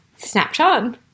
Snapchat